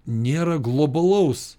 nėra globalaus